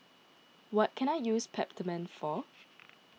what can I use Peptamen for